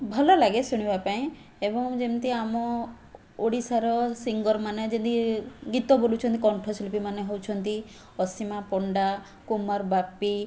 ଭଲଲାଗେ ଶୁଣିବାପାଇଁ ଏବଂ ଯେମିତି ଆମ ଓଡ଼ିଶାର ସିଙ୍ଗରମାନେ ଯଦି ଗୀତ ବୋଲୁଛନ୍ତି କଣ୍ଠଶିଳ୍ପୀମାନେ ହେଉଛନ୍ତି ଅସିମା ପଣ୍ଡା କୁମାର ବାପି